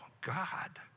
God